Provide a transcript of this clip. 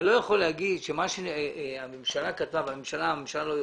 אני מרגיש שאני נמצא בצינוק.